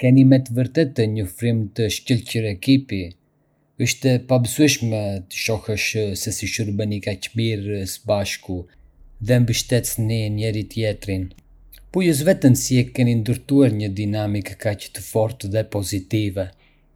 Keni me të vërtetë një frymë të shkëlqyer ekipi... është e pabesueshme të shohësh se si shurbeni kaq mirë së bashku dhe mbështesni njëri-tjetrin. Pyes veten si e keni ndërtuar një dinamikë kaq të fortë dhe pozitive.